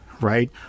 right